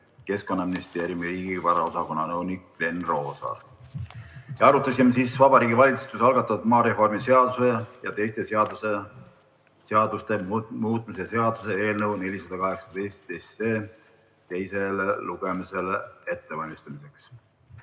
Keskkonnaministeeriumi riigivaraosakonna nõunik Glen Roosaar. Arutasime Vabariigi Valitsuse algatatud maareformi seaduse ja teiste seaduste muutmise seaduse eelnõu 418 teiseks lugemiseks ettevalmistamist.